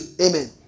Amen